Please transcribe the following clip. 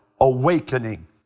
awakening